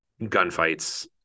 gunfights